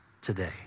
today